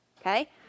Okay